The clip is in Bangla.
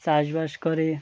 চাষবাস করে